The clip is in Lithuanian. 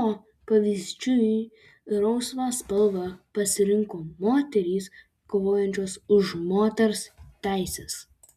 o pavyzdžiui rausvą spalvą pasirinko moterys kovojančios už moters teises